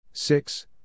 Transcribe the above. Six